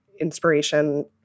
inspiration